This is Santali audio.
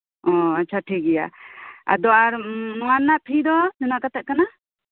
ᱚ ᱟᱪᱪᱷᱟ ᱴᱷᱤᱠ ᱜᱮᱭᱟ ᱟᱫᱚ ᱟᱨ ᱱᱚᱣᱟ ᱨᱮᱭᱟᱜ ᱯᱷᱤ ᱫᱚ ᱛᱤᱱᱟᱹᱜ ᱠᱟᱛᱮᱜ ᱠᱟᱱᱟ